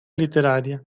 literaria